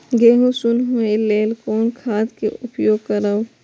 गेहूँ सुन होय लेल कोन खाद के उपयोग करब?